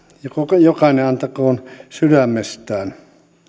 ja jokainen antakoon sydämestään